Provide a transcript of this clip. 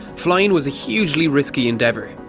flying was a hugely risky endeavor.